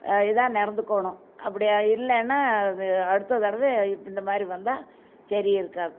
இதாக நடந்துக்கணும் அப்படி இல்லைன்னா அது அடுத்த தடவை இப் இந்த மாதிரி வந்தால் சரி இருக்காது